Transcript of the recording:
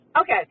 Okay